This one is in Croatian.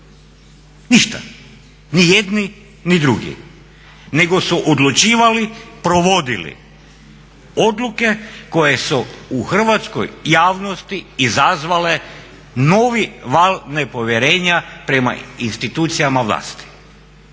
ništa, ni jedni ni drugi nego su odlučivali, provodili odluke koje su u hrvatskoj javnosti izazvale novi val nepovjerenja prema institucijama vlasti.